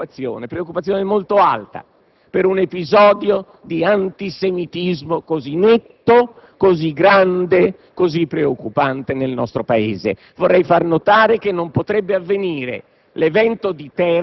- sdegno e preoccupazione molto alta per un episodio di antisemitismo così netto, così grande, così preoccupante nel nostro Paese. Vorrei far notare che l'evento